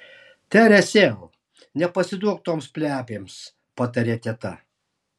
teresėl nepasiduok toms plepėms patarė teta